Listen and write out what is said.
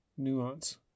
nuance